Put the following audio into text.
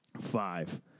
five